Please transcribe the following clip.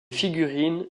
figurines